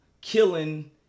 killing